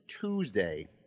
Tuesday